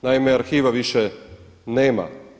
Naime, arhiva više nema.